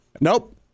Nope